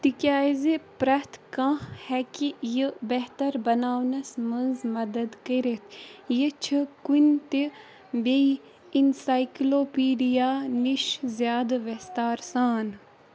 تِکیٛازِ پرٮ۪تھ کانٛہہ ہٮ۪کہِ یہِ بہتر بناونَس مَنٛز مدد کٔرِتھ یہِ چھُ کُنہِ تہِ بییٚہِ انسائیکلوپیٖڈیا نِش زیادٕ وٮ۪ستار سان